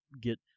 get